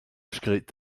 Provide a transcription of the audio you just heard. scret